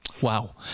Wow